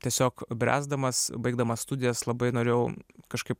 tiesiog bręsdamas baigdamas studijas labai norėjau kažkaip